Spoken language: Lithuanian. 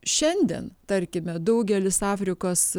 šiandien tarkime daugelis afrikos